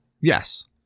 Yes